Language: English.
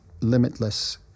limitless